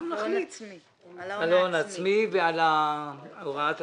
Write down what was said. על ההון העצמי ועל הוראת המעבר.